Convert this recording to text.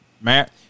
Matt